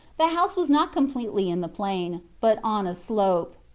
the house was not completely in the plain, but on a slope.